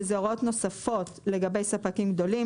שזה הוראות נוספות לגבי ספקים גדולים,